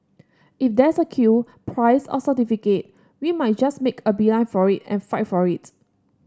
if there's a queue prize or certificate we might just make a beeline for it and fight for it